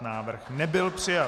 Návrh nebyl přijat.